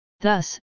Thus